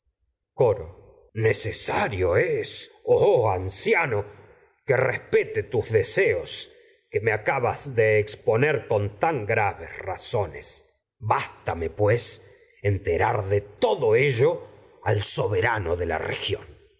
coro deseos necesario oh anciano con que respete tus que me acabas de exponer tan graves razo nes bástame pues enterar de todo ello al soberano de la región